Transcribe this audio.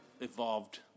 evolved